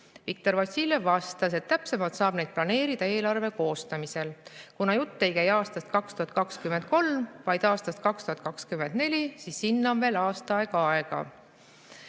Viktor Vassiljev vastas, et täpsemalt saab neid planeerida eelarve koostamisel. Kuna jutt ei käi aastast 2023, vaid aastast 2024, siis sinna on veel aasta aega.